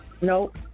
nope